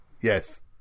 Yes